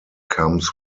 comes